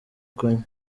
kunywa